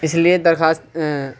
اس لیے درخواست ہیں